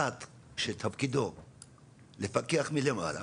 מי שתפקידו לפקח מלמעלה